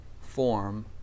form